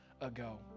ago